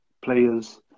players